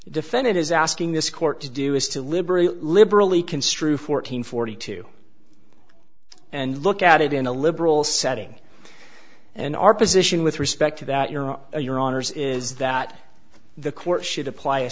defendant is asking this court to do is to liberate liberally construe fourteen forty two and look at it in a liberal setting and our position with respect to that your or your honour's is that the court should apply a